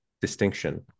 distinction